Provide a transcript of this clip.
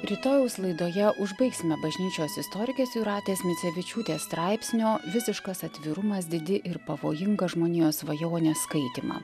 rytojaus laidoje užbaigsime bažnyčios istorikės jūratės micevičiūtės straipsnio visiškas atvirumas didi ir pavojinga žmonijos svajonė skaitymą